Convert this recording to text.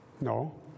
no